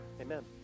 Amen